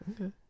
Okay